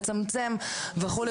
לצמצם וכו'?